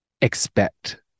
expect